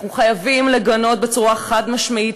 אנחנו חייבים לגנות בצורה חד-משמעית,